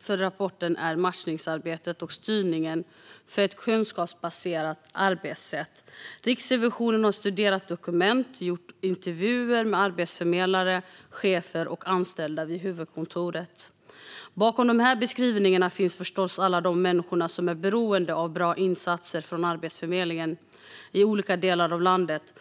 fokus är matchningsarbetet och styrningen för ett kunskapsbaserat arbetssätt. Riksrevisionen har studerat dokument och gjort intervjuer med arbetsförmedlare, chefer och anställda vid huvudkontoret. Bakom dessa beskrivningar finns förstås alla de människor som är beroende av bra insatser från Arbetsförmedlingen i olika delar av landet.